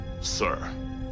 Sir